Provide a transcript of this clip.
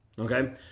Okay